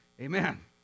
amen